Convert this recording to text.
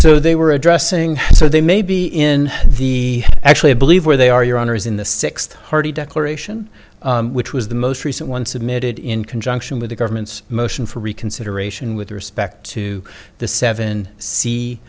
so they were addressing so they may be in the actually believe where they are your honour's in the sixth hearty declaration which was the most recent one submitted in conjunction with the government's motion for reconsideration with respect to the seven